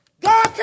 God